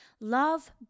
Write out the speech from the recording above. Love